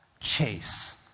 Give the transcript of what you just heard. chase